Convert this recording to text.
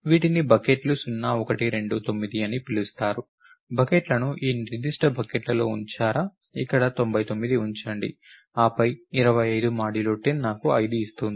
కాబట్టి వీటిని బకెట్లు 0 1 2 9 అని పిలుస్తారు బకెట్లను ఈ నిర్దిష్ట బకెట్లో ఉంచారా ఇక్కడ 99 ఉంచండి ఆపై 25 10 నాకు 5 ఇస్తుంది